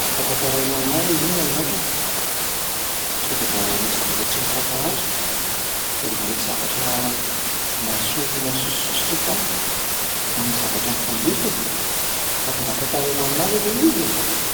Afaka tantarainao aminaht ve inona ny antony? Sao de mba nisy zavatra tsy nifankahazo? Sao de mba nisy zavatra nahaso- nahasosososotra tany? Na nisy zavatra nifandiso e? Afaka mba tantarainao aminahy ve ilay izy e?